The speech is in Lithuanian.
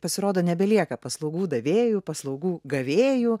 pasirodo nebelieka paslaugų davėjų paslaugų gavėjų